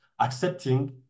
accepting